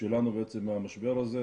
שלנו מהמשבר הזה,